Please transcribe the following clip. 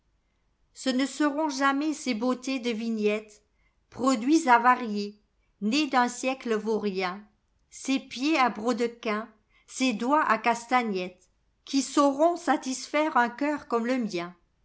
ce ne seront jamais ces beautés de vignettes produits avariés nés d'un siècle vaurien ces pieds à brodacfuins ces doigts à castagnettesqui sauront satisfaire un cœur comme le mien